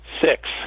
six